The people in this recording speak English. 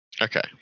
Okay